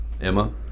Emma